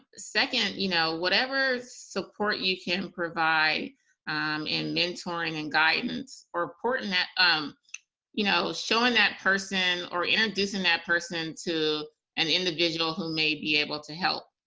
second, you know whatever support you can provide in mentoring and guidance, or, important that um you know showing that person or introducing that person to an individual who may be able to help.